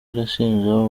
arashinja